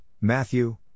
Matthew